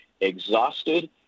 exhausted